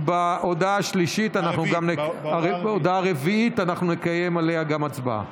על ההודעה הרביעית נקיים גם הצבעה.